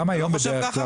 אתה לא חושב ככה?